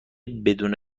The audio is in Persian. بدون